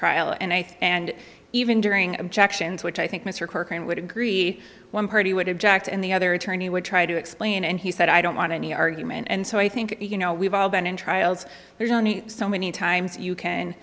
trial and i think and even during objections which i think mr corcoran would agree one party would object and the other attorney would try to explain and he said i don't want any argument and so i think you know we've all been in trials there's only so many times you can